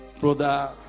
brother